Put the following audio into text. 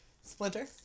Splinter